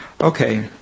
Okay